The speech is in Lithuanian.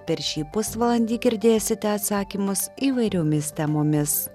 per šį pusvalandį girdėsite atsakymus įvairiomis temomis